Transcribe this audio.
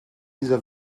dieser